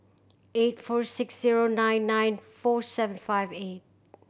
eight four six zero nine nine four seven five eight